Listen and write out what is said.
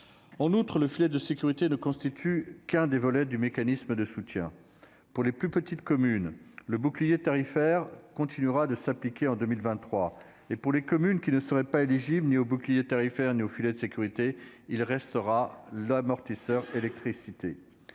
En outre, le filet de sécurité ne constitue que l'un des volets du mécanisme de soutien. Pour les plus petites communes, le bouclier tarifaire continuera de s'appliquer en 2023. Pour les communes qui ne seraient éligibles ni au bouclier tarifaire ni au filet de sécurité, il restera l'amortisseur électricité.